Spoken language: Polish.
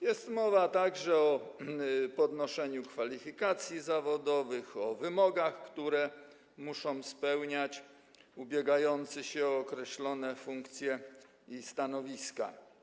Jest mowa także o podnoszeniu kwalifikacji zawodowych, o wymogach, które muszą spełniać ubiegający się o określone funkcje i stanowiska.